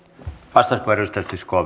arvoisa